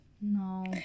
No